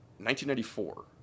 1994